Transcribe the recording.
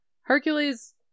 hercules